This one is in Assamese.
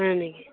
হয় নেকি